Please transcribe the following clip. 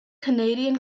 canadian